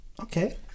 Okay